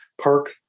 park